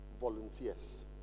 volunteers